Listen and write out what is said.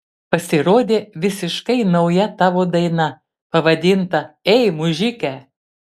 pasirodė visiškai nauja tavo daina pavadinta ei mužike